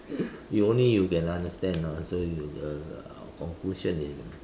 you only you can understand lah so you uh our conclusion is